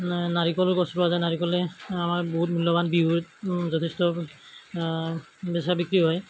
নাৰিকল গছ ৰোৱা যায় নাৰিকলে আমাক বহুত মূল্যৱান বিহুত যথেষ্ট বেচা বিক্ৰী হয়